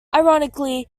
ironically